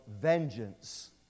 vengeance